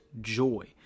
joy